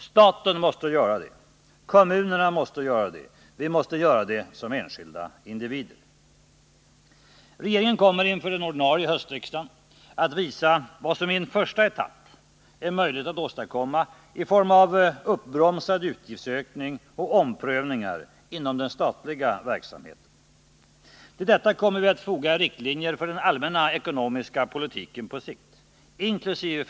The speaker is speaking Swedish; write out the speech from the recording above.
Staten måste göra det, kommunerna måste göra det. Vi måste göra det som enskilda individer. Regeringen kommer inför den ordinarie riksdagen i höst att visa vad som i en första etapp är möjligt att åstadkomma i form av uppbromsad utgiftsökning och omprövningar inom den statliga verksamheten. Till detta kommer vi att foga riktlinjer för den allmänna ekonomiska politiken på sikt, inkl.